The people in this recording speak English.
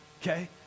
Okay